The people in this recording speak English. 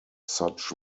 such